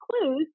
clues